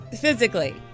Physically